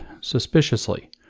suspiciously